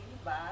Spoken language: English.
Bye